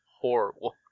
horrible